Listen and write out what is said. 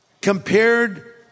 compared